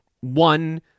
one